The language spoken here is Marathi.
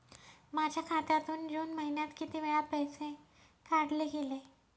माझ्या खात्यातून जून महिन्यात किती वेळा पैसे काढले गेले?